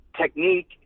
technique